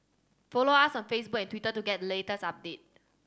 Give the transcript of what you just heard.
follow us on Facebook and Twitter to get latest update